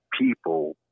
people